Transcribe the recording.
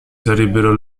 sarebbero